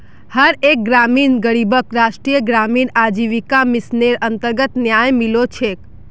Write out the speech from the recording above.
हर एक ग्रामीण गरीबक राष्ट्रीय ग्रामीण आजीविका मिशनेर अन्तर्गत न्याय मिलो छेक